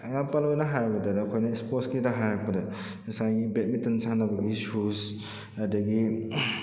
ꯑꯦꯉꯥꯄꯜ ꯑꯣꯏꯅ ꯍꯥꯏꯔꯕꯗꯅꯦ ꯑꯩꯈꯣꯏꯅ ꯁ꯭ꯄꯣꯔꯠꯁꯀꯤꯗ ꯍꯥꯏꯔꯛꯄꯗ ꯉꯁꯥꯏꯒꯤ ꯕꯦꯠꯃꯤꯟꯇꯟ ꯁꯥꯟꯅꯕꯒꯤ ꯁꯨꯁ ꯑꯗꯨꯗꯒꯤ